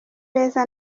beza